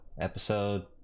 episode